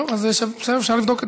טוב, אפשר לבדוק את זה.